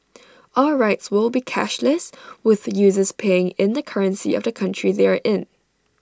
all rides will be cashless with users paying in the currency of the country they are in